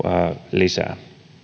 lisää